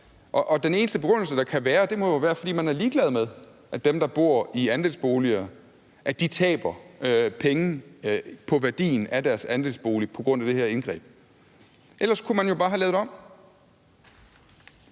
Den eneste begrundelse, der kan være, må jo være, at man er ligeglad med, at dem, der bor i andelsboliger, taber penge på værdien af deres andelsbolig på grund af det her indgreb. Ellers kunne man jo bare have lavet det